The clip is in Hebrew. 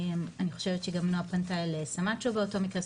אני חושבת שגם נועה פנתה לסמאצ'ו באותו מקרה,